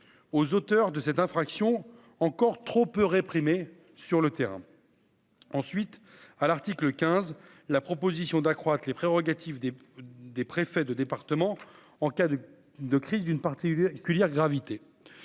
aux auteurs de cette infraction, encore trop peu réprimé sur le terrain. Ensuite, à l'article 15 la proposition d'accroître les prérogatives des des préfets de département en cas de de crise d'une partie culinaire gravité,